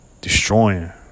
destroying